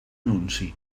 nunci